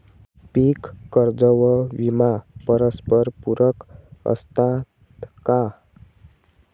पीक कर्ज व विमा परस्परपूरक असतात का?